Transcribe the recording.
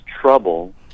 trouble